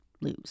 lose